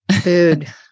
food